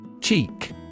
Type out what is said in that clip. Cheek